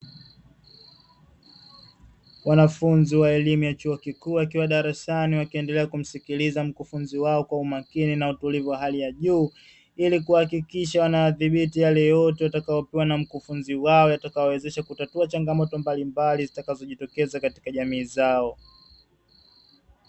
Wanafunzi wa elimu ya chuo kikuu wakiwa darasani wakiendelea kumsikiliza mkufunzi wao kwa umakini na utulivu wa hali ya juu, ili kuhakikisha wanayadhibiti yale yote watakayopewa na mkufunzi wao kutatua changamoto mbalimbali zitakazo jitokeza katika jamii zao.